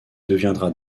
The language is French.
deviendra